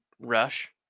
rush